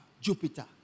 Jupiter